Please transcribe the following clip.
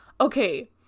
okay